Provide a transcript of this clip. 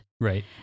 Right